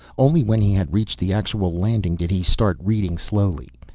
only when he had reached the actual landing did he start reading slowly.